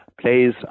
plays